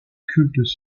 cultes